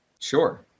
Sure